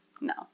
No